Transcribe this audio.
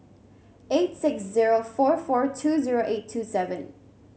eight six zero four four two zero eight two seven